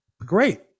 great